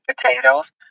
potatoes